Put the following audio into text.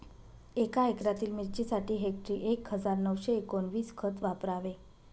एका एकरातील मिरचीसाठी हेक्टरी एक हजार नऊशे एकोणवीस खत वापरावे